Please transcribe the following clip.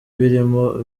birimo